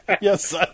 Yes